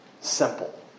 simple